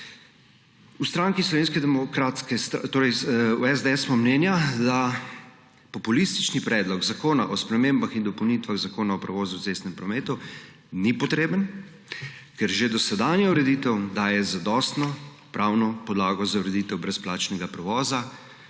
stranki smo mnenja, da populistični Predlog zakona o spremembah in dopolnitvah Zakona o prevozih v cestnem prometu ni potreben, ker že dosedanja ureditev daje zadostno pravno podlago za ureditev brezplačnega prevoza